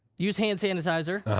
use hand sanitizer. ah huh.